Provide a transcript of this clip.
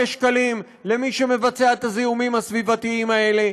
שקלים למי שמבצע את הזיהומים הסביבתיים האלה.